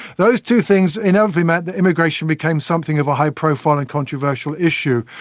those two things inevitably meant that immigration became something of a high profile and controversial issue,